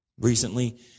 Recently